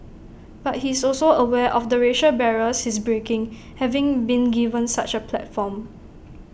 but he's also aware of the racial barriers he's breaking having been given such A platform